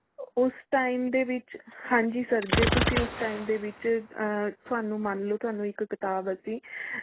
ਉਸ ਟਾਈਮ ਦੇ ਵਿੱਚ ਹਾਂਜੀ ਸਰ ਜੇ ਤੁਸੀਂ ਉਸ ਟਾਈਮ ਦੇ ਵਿੱਚ ਤੁਹਾਨੂੰ ਮੰਨ ਲਓ ਤੁਹਾਨੂੰ ਇੱਕ ਕਿਤਾਬ ਅਸੀਂ